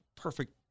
perfect